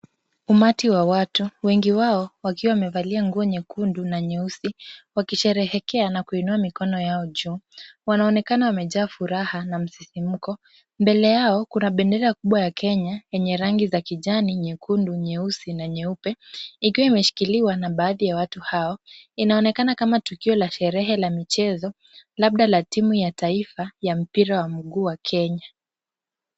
Umati wa watu wengi wao wakiwa wamevalia nguo nyekundu na nyeusi, wakisherehekea na kuinua mikono yao juu. Wanaonekana wamejaa furaha na msisimko. Mbele yao kuna bendera kubwa ya Kenya yenye rangi za kijani, nyekundu, nyeusi na nyeupe ikiwa imeshikiliwa na baadhi ya watu hao. Inaonekana kama tukio la sherehe la michezo labda la timu ya taifa ya mpira wa mguu wa Kenya.